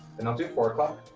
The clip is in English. then i'll do four o'clock